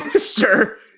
Sure